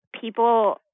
people